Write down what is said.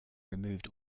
removed